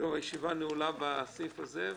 הישיבה נעולה בסעיף הזה.